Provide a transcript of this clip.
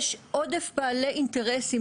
יש עודף בעלי אינטרסים,